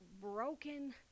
broken